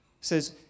says